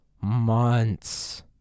months